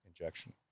injection